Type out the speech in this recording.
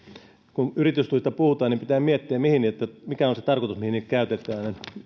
kun yritystuista puhutaan niin pitää miettiä mikä on se tarkoitus mihin niitä käytetään